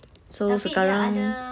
so sekarang